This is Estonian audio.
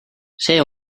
see